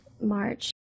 March